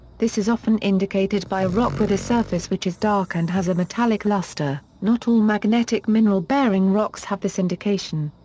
this is often indicated by a rock with a surface which is dark and has a metallic luster, not all magnetic mineral bearing rocks have this indication.